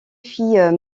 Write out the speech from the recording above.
fille